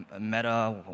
Meta